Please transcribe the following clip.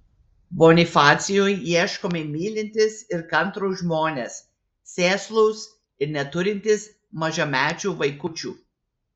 bonifacijui ieškomi mylintys ir kantrūs žmonės sėslūs ir neturintys mažamečių vaikučių